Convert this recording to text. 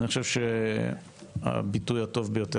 אני חושב שהביטוי הטוב ביותר,